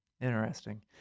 interesting